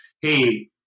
hey